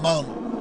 אמרנו,